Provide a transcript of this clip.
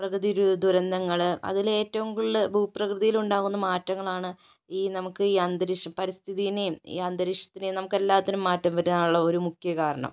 പ്രകൃതി ദുരന്തങ്ങള് അതില് ഏറ്റവും കൂടുതല് ഭൂപ്രകൃതിയിലുണ്ടാകുന്ന മാറ്റങ്ങളാണ് ഈ നമുക്ക് ഈ അന്തരീക്ഷം പരിസ്ഥിതിയേയും ഈ അന്തരീക്ഷത്തിനേയും നമുക്കെല്ലാത്തിനും മാറ്റം വരാനുള്ള ഒരു മുഖ്യ കാരണം